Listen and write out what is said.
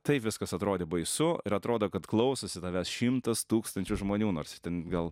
taip viskas atrodė baisu ir atrodo kad klausosi tavęs šimtas tūkstančių žmonių nors ir ten gal